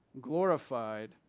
glorified